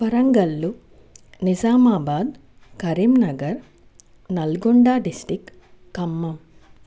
Warangal Nizamabad Karimnagar Nalgonda district Khammam